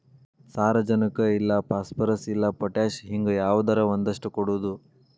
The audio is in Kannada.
ಸಾರಜನಕ ಇಲ್ಲಾರ ಪಾಸ್ಪರಸ್, ಇಲ್ಲಾರ ಪೊಟ್ಯಾಶ ಹಿಂಗ ಯಾವದರ ಒಂದಷ್ಟ ಕೊಡುದು